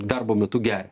darbo metu geria